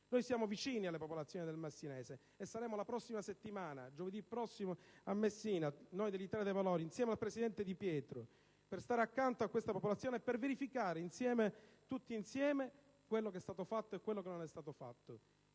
Noi siamo vicini alle popolazioni del Messinese. Saremo giovedì prossimo a Messina, noi dell'Italia dei Valori, insieme al presidente Di Pietro, per stare accanto a questa popolazione e verificare tutti insieme quello che è stato fatto e quello che non è stato fatto.